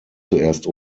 zuerst